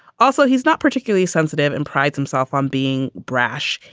also, he's not particularly sensitive and prides himself on being brash,